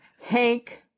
Hank